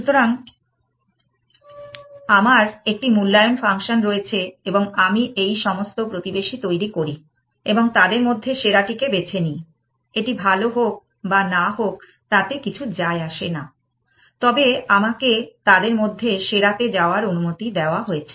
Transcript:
সুতরাং আমার একটি মূল্যায়ন ফাংশন রয়েছে এবং আমি এই সমস্ত প্রতিবেশী তৈরি করি এবং তাদের মধ্যে সেরাটিকে বেছে নিই এটি ভাল হোক বা না হোক তাতে কিছু যায় আসে না তবে আমাকে তাদের মধ্যে সেরাতে যাওয়ার অনুমতি দেওয়া হয়েছে